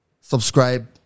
subscribe